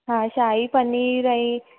हा शाही पनीर ऐं